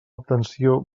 obtenció